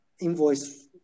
invoice